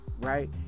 right